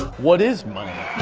what is money?